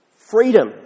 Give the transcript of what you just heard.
freedom